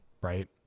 right